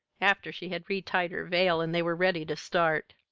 after she had retied her veil and they were ready to start.